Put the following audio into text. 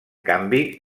canvi